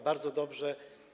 Bardzo dobrze.